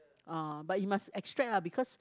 uh but you must extract ah because